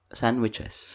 sandwiches